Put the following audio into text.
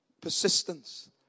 Persistence